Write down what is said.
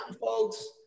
folks